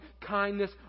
kindness